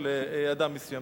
אדם מסוים,